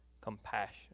compassion